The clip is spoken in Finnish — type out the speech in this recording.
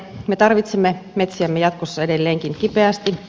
me tarvitsemme metsiämme jatkossa edelleenkin kipeästi